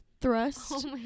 thrust